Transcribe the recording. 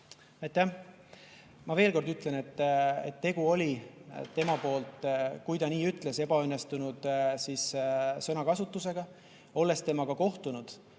Ma veel kord ütlen, et tegu oli tema poolt, kui ta nii ütles, ebaõnnestunud sõnakasutusega. Olles temaga kohtunud,